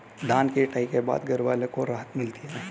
धान की कटाई के बाद घरवालों को राहत मिलती है